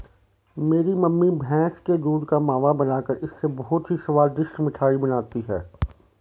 मेरी मम्मी भैंस के दूध का मावा बनाकर इससे बहुत ही स्वादिष्ट मिठाई बनाती हैं